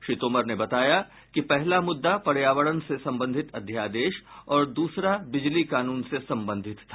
श्री तोमर ने बताया कि पहला मुद्दा पर्यावरण से संबंधित अध्यादेश और दूसरा बिजली कानून से संबंधित था